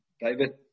David